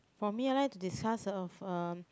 for me I like to discuss of um